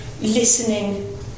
listening